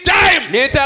time